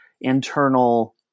internal